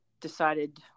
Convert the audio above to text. decided –